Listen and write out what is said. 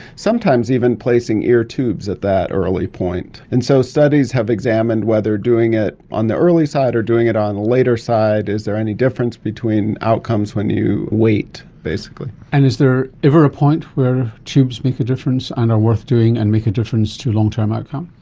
sometimes even placing ear tubes that that early point. and so studies have examined whether doing it on the early side or doing it on the later side, is there any difference between outcomes when you wait basically. and is there ever a point where tubes make a difference and are worth doing and make a difference to long-term outcome?